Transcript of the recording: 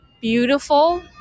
beautiful